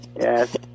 Yes